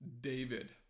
David